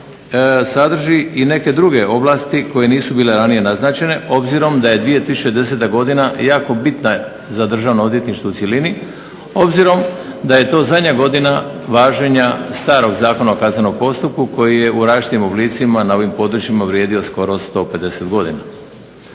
sadrži i neke druge ovlasti koje nisu bile ranije naznačene obzirom da je 2010. godina jako bitna za državno odvjetništvo u cjelini, obzirom da je to zadnja godina važenja starog Zakona o kaznenom postupku koji je u različitim oblicima na ovim područjima vrijedio skoro 150 godina.